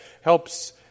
helps